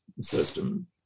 system